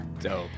dope